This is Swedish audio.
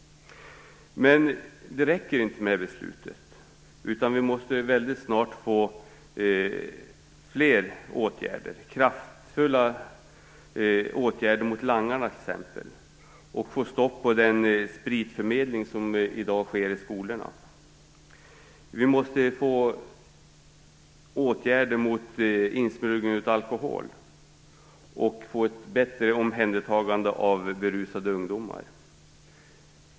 Men det räcker inte med det här beslutet, utan vi måste mycket snart få fler åtgärder, t.ex. kraftfulla åtgärder mot langarna. Vi måste få stopp på den spritförmedling som i dag sker i skolorna. Vi måste få åtgärder mot insmuggling av alkohol och ett bättre omhändertagande av berusade ungdomar.